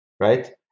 Right